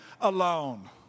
alone